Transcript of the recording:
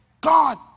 God